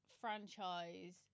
franchise